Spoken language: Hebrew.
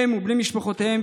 הם ובני משפחותיהם,